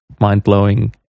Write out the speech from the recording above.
mind-blowing